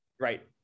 right